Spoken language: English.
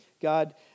God